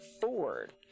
Ford